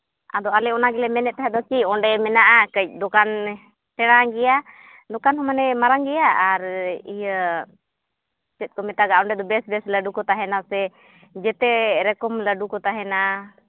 ᱟᱫᱚ ᱟᱞᱮ ᱚᱱᱟ ᱜᱮᱞᱮ ᱢᱮᱱᱮᱫ ᱛᱟᱦᱮᱱᱚᱜ ᱠᱤ ᱚᱸᱰᱮ ᱢᱮᱱᱟᱜᱼᱟ ᱠᱟᱺᱪ ᱫᱚᱠᱟᱱ ᱥᱮᱬᱟ ᱜᱮᱭᱟ ᱫᱚᱠᱟᱱ ᱦᱚᱸ ᱢᱟᱱᱮ ᱢᱟᱨᱟᱝ ᱜᱮᱭᱟ ᱟᱨ ᱤᱭᱟᱹ ᱪᱮᱫ ᱠᱚ ᱢᱮᱛᱟᱜᱟᱜᱼᱟ ᱚᱸᱰᱮ ᱫᱚ ᱵᱮᱥ ᱵᱮᱥ ᱞᱟᱹᱰᱩ ᱠᱚ ᱛᱟᱦᱮᱱᱟ ᱥᱮ ᱡᱮᱛᱮ ᱨᱚᱠᱚᱢ ᱞᱟᱹᱰᱩ ᱠᱚ ᱛᱟᱦᱮᱱᱟ